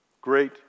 great